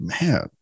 Man